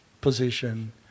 position